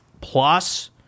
plus